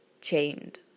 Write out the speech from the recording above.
chained